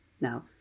Now